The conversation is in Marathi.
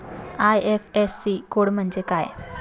आय.एफ.एस.सी कोड म्हणजे काय?